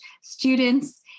students